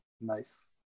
nice